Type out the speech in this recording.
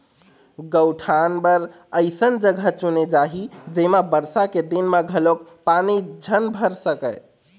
गउठान बर अइसन जघा चुने जाही जेमा बरसा के दिन म घलोक पानी झन भर सकय